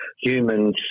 humans